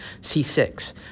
C6